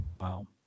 Wow